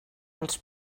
els